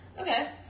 Okay